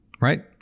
right